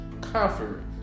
comfort